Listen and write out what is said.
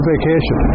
vacation